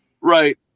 Right